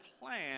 plan